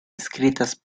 escritas